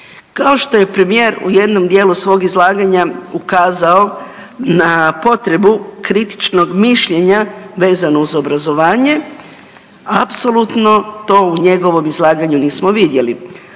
Kao što je premijer u jednom dijelu svog izlaganja ukazao na potrebu kritičnog mišljenja vezano uz obrazovanje, apsolutno to u njegovom izlaganju nismo vidjeli,